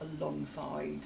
alongside